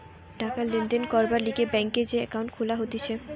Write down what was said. টাকা লেনদেন করবার লিগে ব্যাংকে যে একাউন্ট খুলা হতিছে